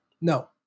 No